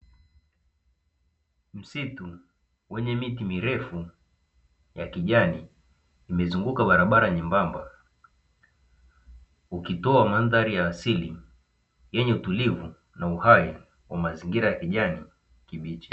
Msitu wenye miti mirefu ya kijani imezunguka barabara nyembamba ukitoa mandhari ya asili, yenye utulivu na uhai wa mazingira ya kijani kibichi.